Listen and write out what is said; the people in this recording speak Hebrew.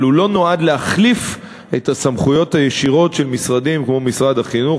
אבל הוא לא נועד להחליף את הסמכויות הישירות של משרדים כמו משרד החינוך,